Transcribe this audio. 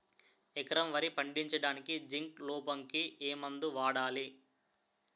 ఎకరం వరి పండించటానికి జింక్ లోపంకి ఏ మందు వాడాలి?